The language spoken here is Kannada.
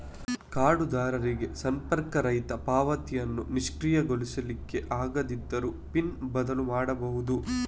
ಕಾರ್ಡುದಾರರಿಗೆ ಸಂಪರ್ಕರಹಿತ ಪಾವತಿಯನ್ನ ನಿಷ್ಕ್ರಿಯಗೊಳಿಸ್ಲಿಕ್ಕೆ ಆಗದಿದ್ರೂ ಪಿನ್ ಬದಲು ಮಾಡ್ಬಹುದು